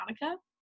Monica